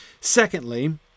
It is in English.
Secondly